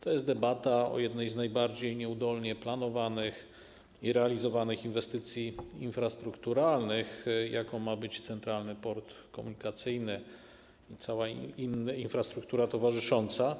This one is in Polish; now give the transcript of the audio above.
To jest debata o jednej z najbardziej nieudolnie planowanych i realizowanych inwestycji infrastrukturalnych, jaką ma być Centralny Port Komunikacyjny i cała infrastruktura towarzysząca.